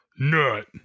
Nut